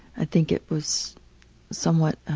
i think it was somewhat